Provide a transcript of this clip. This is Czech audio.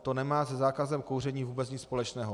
To nemá se zákazem kouření vůbec nic společného.